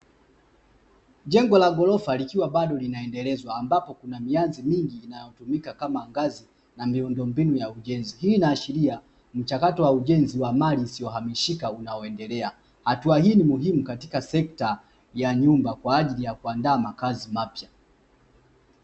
Jengo la ghorofa likiwa bado linaendelezwa ambapo kuna mianzi mingi inayotumika kama ngazi na miundo mbinu ya ujenzi, hii inaashiria mchakato wa ujenzi wa mali isiyohamishika unaoendelea hatua, hii ni muhimu katika sekta ya nyumba kwa ajili ya kuandaa makazi mapya.